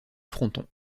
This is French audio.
fronton